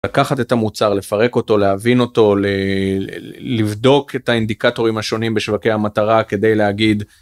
לקחת את המוצר לפרק אותו להבין אותו לבדוק את האינדיקטורים השונים בשווקי המטרה כדי להגיד.